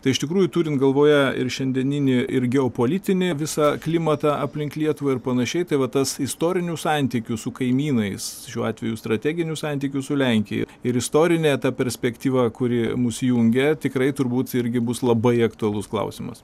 tai iš tikrųjų turint galvoje ir šiandieninį ir geopolitinį visą klimatą aplink lietuvą ir panašiai tai va tas istorinių santykių su kaimynais šiuo atveju strateginių santykių su lenkija ir istorinė perspektyva kuri mus jungia tikrai turbūt irgi bus labai aktualus klausimas